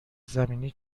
زمینی